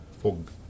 Fog